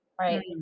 right